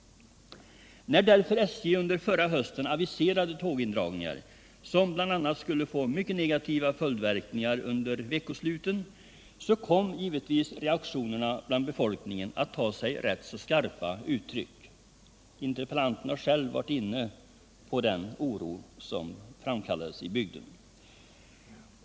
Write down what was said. När därför SJ förra hösten aviserade tågindragningar, som bl.a. skulle få mycket negativa verkningar under veckosluten, kom givetvis reaktionerna bland befolkningen att ta sig skarpa uttryck. Interpellanten har själv berört den oro som framkallades i bygden.